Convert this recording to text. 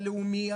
הלאומי,